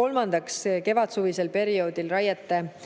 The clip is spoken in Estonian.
kolmandaks, kevadsuvisel perioodil raiete peatamine,